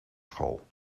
school